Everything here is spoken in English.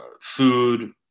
food